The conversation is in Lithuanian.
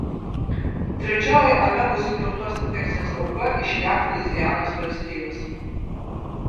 trečioji amebų sukeltos infekcijos auka iš jav luizianos valstijos